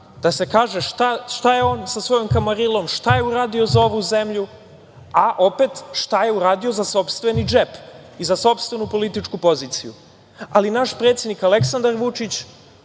da se kaže šta je on sa svojom kamarilom uradio za ovu zemlju, a opet, šta je uradio za sopstveni džep i za sopstvenu političku poziciju. Naš predsednik Aleksandar Vučić